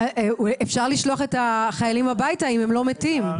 אפשר לשלוח את החיילים הביתה אם הם לא מתים.